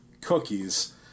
cookies